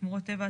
שמורות טבע,